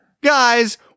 guys